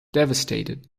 devastated